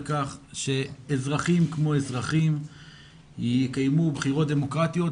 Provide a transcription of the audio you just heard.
כך שאזרחים כמו אזרחים יקיימו בחירות דמוקרטיות,